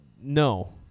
no